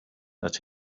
that